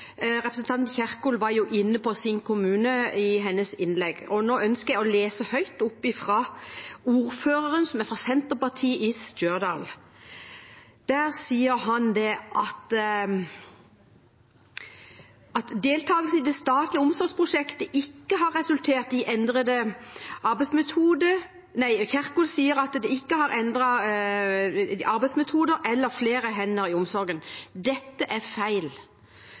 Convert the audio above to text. Representant Kjerkol var i sitt innlegg inne på sin kommune, og nå ønsker jeg å lese høyt noe fra ordføreren i Stjørdal, som er fra Senterpartiet. Han sier: Kjerkol sier at deltakelsen i det statlige omsorgsprosjektet ikke har resultert i endrede arbeidsmetoder eller flere hender i omsorgen. Dette er feil.